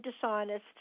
dishonest